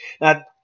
Now